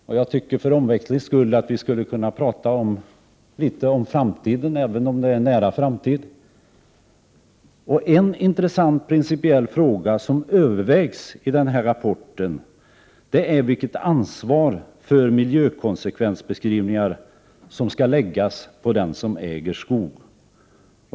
Jag tycker att vi för omväxlingens skull kunde tala om framtiden, även om det är en nära framtid. En intressant principiell fråga som tas upp till övervägande i rapporten är vilket ansvar för miljökonsekvensbeskrivningar som skall läggas på den som äger skog.